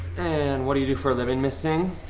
and what do you do for a living miss singh?